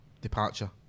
departure